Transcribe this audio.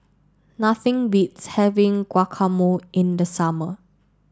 nothing beats having Guacamole in the summer